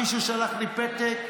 מישהו שלח לי פתק.